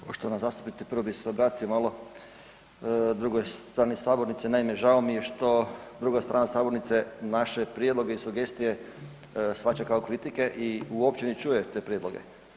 Poštovana zastupnice, prvo bi se obratio drugoj strani sabornice, naime žao mi je što druga strana sabornice naše prijedloge i sugestije shvaća kao kritike i uopće ne čuje te prijedloge.